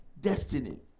destiny